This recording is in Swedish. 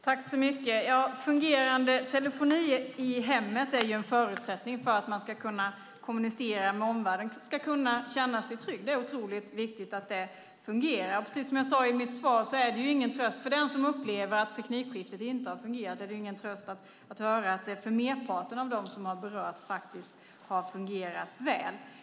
Herr talman! Fungerande telefoni i hemmet är en förutsättning för att man ska kunna kommunicera med omvärlden och känna sig trygg. Det är otroligt viktigt att det fungerar. Precis som jag sade i mitt svar är det ingen tröst för den som upplever att teknikskiftet inte har fungerat att höra att det för merparten av dem som har berörts faktiskt har fungerat väl.